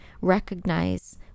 recognize